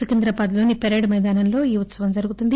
సికింద్రాబాద్ లోని పరేడ్ మైదానంలో ఈ ఉత్సవం జరుగుతుంది